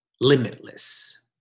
limitless